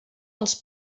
els